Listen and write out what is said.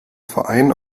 verein